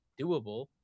doable